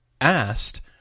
asked